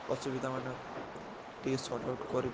ଅସୁବିଧା ମାନେ ଟିକେ ସର୍ଟ୍ଆଉଟ୍ କରି